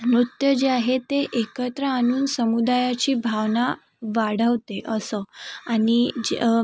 नृत्य जे आहे ते एकत्र आणून समुदायाची भावना वाढवते असं आणि जे